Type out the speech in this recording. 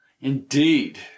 Indeed